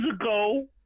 ago